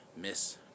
miss